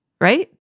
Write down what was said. Right